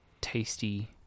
tasty